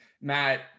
Matt